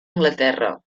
anglaterra